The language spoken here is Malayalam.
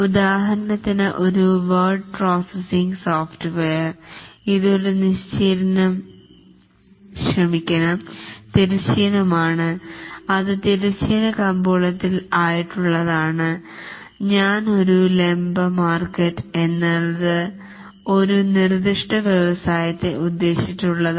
ഉദാഹരണത്തിന് ഒരു വേർഡ് പ്രോസസിംഗ് സോഫ്റ്റ്വെയർ ഇത് ഒരു തിരശ്ചീനം ആണ് അത് തിരശ്ചീന കമ്പോളത്തിൽ ആയിട്ടുള്ളതാണ് ഞാൻ ഒരു ലംബ മാർക്കറ്റ് എന്നത് ഒരു നിർദിഷ്ട വ്യവസായത്തെ ഉദ്ദേശിച്ചുള്ളതാണ്